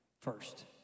first